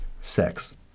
sex